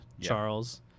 Charles